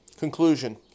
Conclusion